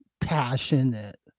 passionate